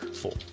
four